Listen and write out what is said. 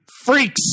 freaks